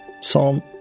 Psalm